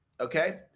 Okay